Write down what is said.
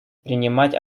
принимать